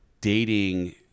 dating